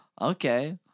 Okay